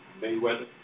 Mayweather